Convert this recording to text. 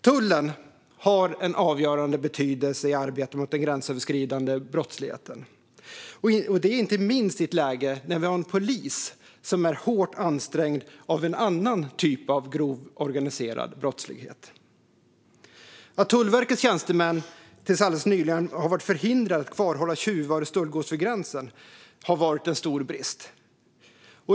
Tullen har en avgörande betydelse i arbetet mot den gränsöverskridande brottsligheten, inte minst i ett läge när polisen är hårt ansträngd av annan grov organiserad brottslighet. Att Tullverkets tjänstemän till alldeles nyligen har varit förhindrade att kvarhålla tjuvar och stöldgods vid gränsen har varit en stor brist.